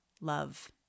love